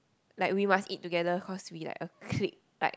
like we must eat together cause we like a clique like